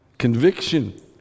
Conviction